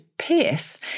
pierce